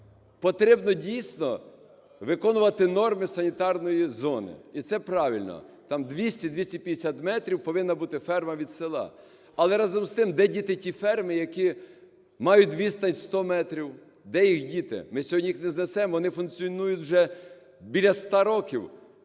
потрібно, дійсно, виконувати норми санітарної зони. І це правильно. Там 200-250 метрів повинна бути ферма від села. Але, разом з тим, де діти ті ферми, які мають відстань 100 метрів? Де їх діти? Ми сьогодні їх не знесемо. Вони функціонують вже біля 100 років,